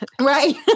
Right